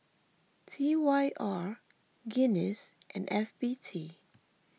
T Y R Guinness and F B T